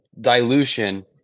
dilution